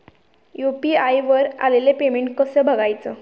UPI वर आलेले payment कसे बघायचे?